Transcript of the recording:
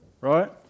Right